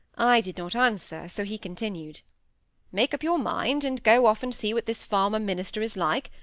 i did not answer, so he continued make up your mind, and go off and see what this farmer-minister is like,